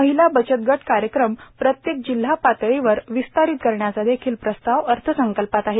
महिला बचत गट कार्यक्रम प्रत्येक जिल्हा पातळीवर विस्तारित करण्याचा देखिल प्रस्ताव अर्थसंकल्पात आहे